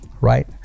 right